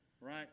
right